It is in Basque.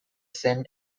zen